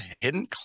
hidden